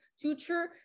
future